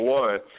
one